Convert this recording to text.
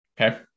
Okay